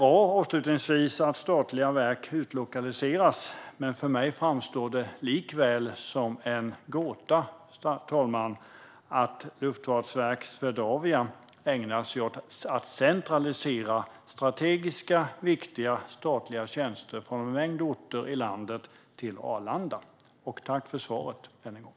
Avslutningsvis är det bra att statliga verk utlokaliseras, men för mig, fru talman, framstår det likväl som en gåta att Luftfartsverket och Swedavia ägnar sig åt att centralisera strategiska, viktiga statliga tjänster från en mängd orter i landet till Arlanda. Tack för svaret, än en gång!